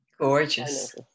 gorgeous